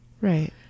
Right